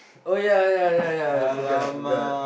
oh ya ya ya ya I forgot I forgot